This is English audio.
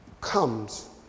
comes